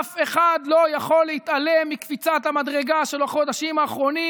אף אחד לא יכול להתעלם מקפיצת המדרגה של החודשים האחרונים,